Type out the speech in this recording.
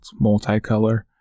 multicolor